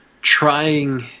trying